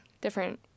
different